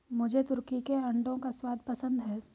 मुझे तुर्की के अंडों का स्वाद पसंद है